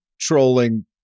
trolling